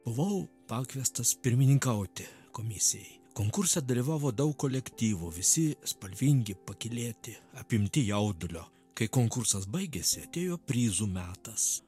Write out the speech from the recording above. buvau pakviestas pirmininkauti komisijai konkurse dalyvavo daug kolektyvų visi spalvingi pakylėti apimti jaudulio kai konkursas baigėsi atėjo prizų metas